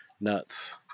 Nuts